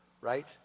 Right